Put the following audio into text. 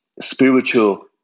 spiritual